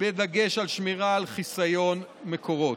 בדגש על שמירה על חיסיון מקורות.